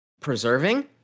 preserving